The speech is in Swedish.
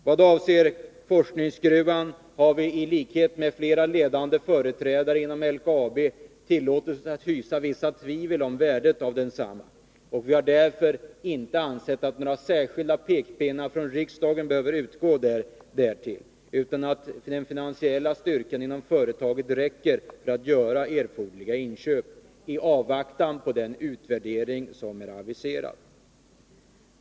Vad avser forskningsgruvan har vi i likhet med flera ledande företrädare för LKAB tillåtit oss hysa vissa tvivel om värdet av densamma. Vi har därför inte ansett att några särskilda pekpinnar från riksdagen behövs på den punkten utan menar att den finansiella styrkan inom företaget räcker för att man skall kunna göra erforderliga inköp i avvaktan på den utvärdering som är aviserad.